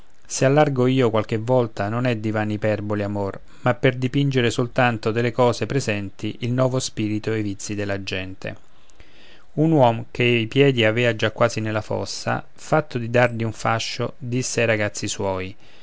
se allargo io qualche volta non è di vane iperboli amor ma per dipingere soltanto delle cose presenti il novo spirito e i vizi della gente un uom che i piedi avea già quasi nella fossa fatto di dardi un fascio disse ai ragazzi suoi